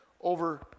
over